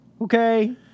Okay